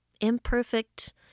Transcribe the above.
imperfect